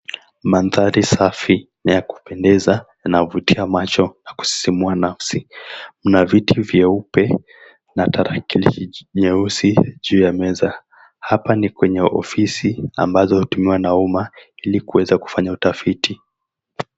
Mandhari safi na ya kupendeza yanavutia macho na kusisimua nafsi mna viti vyeupe na tarakilishi nyeusi juu ya meza. Hapa ni kwenye ofisi ambazo hutumiwa na uma ili kuweza kufanya utafiti.